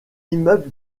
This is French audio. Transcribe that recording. immeuble